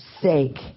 sake